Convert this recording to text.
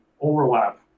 overlap